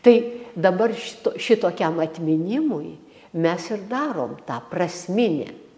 tai dabar šito šitokiam atminimui mes ir darom tą prasminį